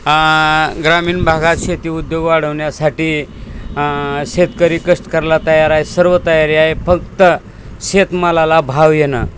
ग्रामीण भागात शेती उद्योग वाढवण्यासाठी शेतकरी कष्ट करायला तयार आहे सर्व तयारी आहे फक्त शेतमालाला भाव येणं